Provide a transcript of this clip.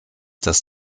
das